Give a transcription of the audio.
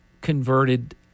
converted